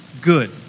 good